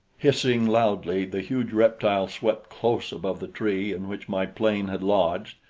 hissing loudly, the huge reptile swept close above the tree in which my plane had lodged,